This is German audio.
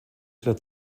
der